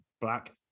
black